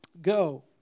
go